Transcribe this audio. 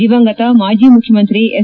ದಿವಂಗತ ಮಾಜಿ ಮುಖ್ಯಮಂತ್ರಿ ಎಸ್